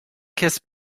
kiss